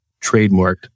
trademarked